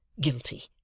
guilty